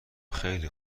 خیلی